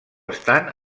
estan